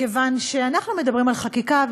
מכיוון שאנחנו מדברים על חקיקה,